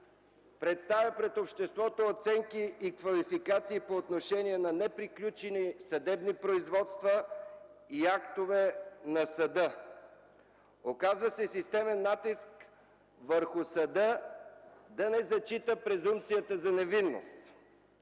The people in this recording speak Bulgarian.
представя пред обществото оценки и квалификации по отношение на неприключени съдебни производства и актове на съда. Оказва се системен натиск върху съда да не зачита презумпцията за невинност.